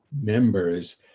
members